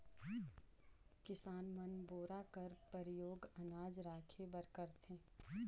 किसान मन बोरा कर परियोग अनाज राखे बर करथे